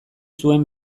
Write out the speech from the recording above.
zuen